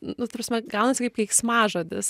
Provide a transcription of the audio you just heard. nu ta prasme gaunasi kaip keiksmažodis